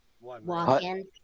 walk-in